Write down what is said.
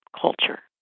culture